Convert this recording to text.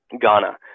Ghana